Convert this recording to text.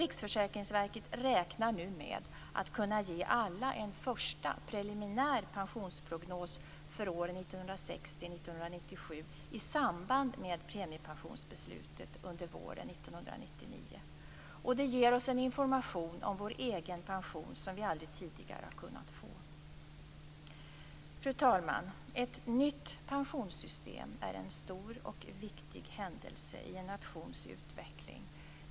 Riksförsäkringsverket räknar nu med att kunna ge alla en första preliminär pensionsprognos för åren 1960-1997 i samband med premiepensionsbeslutet under våren 1999. Det ger oss en information om vår egen pension som vi aldrig tidigare har kunnat få. Fru talman! Ett nytt pensionssystem är en stor och viktig händelse i en nations utveckling.